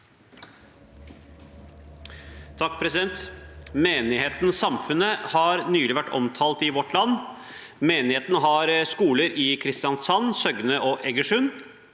«Menigheten Samfundet har nylig vært omtalt i Vårt Land. Menigheten har skoler i Kristiansand, Søgne og Egersund.